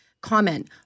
comment